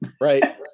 right